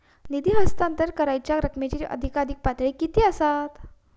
निधी हस्तांतरण करण्यांच्या रकमेची अधिकाधिक पातळी किती असात?